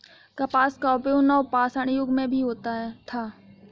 कपास का उपयोग नवपाषाण युग में भी होता था